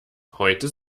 heute